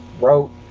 wrote